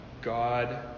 god